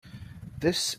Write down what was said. this